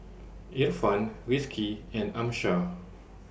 Irfan Rizqi and Amsyar